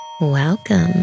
welcome